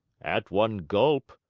at one gulp.